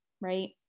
right